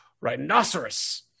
rhinoceros